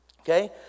Okay